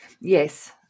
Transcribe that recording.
Yes